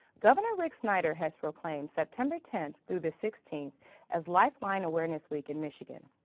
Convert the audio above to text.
governor rick snyder has proclaimed september tenth through the sixteenth as lifeline awareness week in michigan.